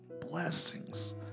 blessings